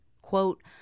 Quote